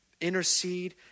intercede